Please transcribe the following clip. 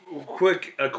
quick